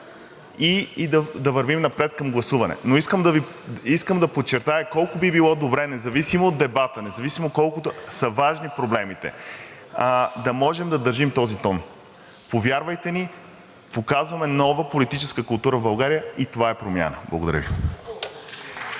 и да вървим напред към гласуване. Искам обаче да подчертая колко би било добре, независимо от дебата, независимо колко са важни проблемите, да можем да държим този тон. Повярвайте ни, показваме нова политическа култура в България и това е промяна. Благодаря Ви.